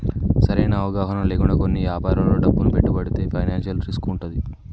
సరైన అవగాహన లేకుండా కొన్ని యాపారాల్లో డబ్బును పెట్టుబడితే ఫైనాన్షియల్ రిస్క్ వుంటది